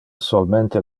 solmente